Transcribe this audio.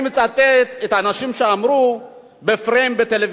אני מצטט את האנשים שאמרו בפריים-טיים בטלוויזיה.